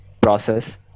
process